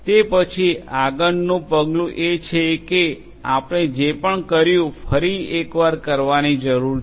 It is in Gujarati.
તે પછી આગળનું પગલું એ છે કે આપણે જે પણ કર્યું ફરી એકવાર કરવાની જરૂર છે